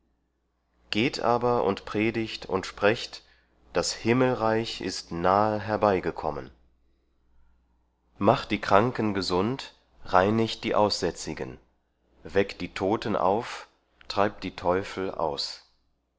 geht aber und predigt und sprecht das himmelreich ist nahe herbeigekommen macht die kranken gesund reinigt die aussätzigen weckt die toten auf treibt die teufel aus